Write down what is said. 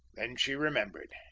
then she remembered.